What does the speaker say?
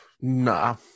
Nah